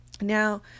Now